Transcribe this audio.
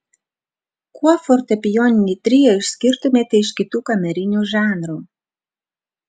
kuo fortepijoninį trio išskirtumėte iš kitų kamerinių žanrų